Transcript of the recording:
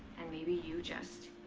and maybe you just.